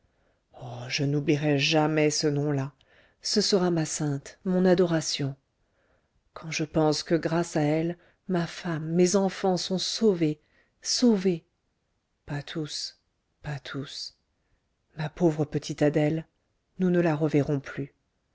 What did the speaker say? oh je n'oublierai jamais ce nom-là ce sera ma sainte mon adoration quand je pense que grâce à elle ma femme mes enfants sont sauvés sauvés pas tous pas tous ma pauvre petite adèle nous ne la reverrons plus